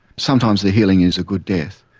sometimes the healing is a good death,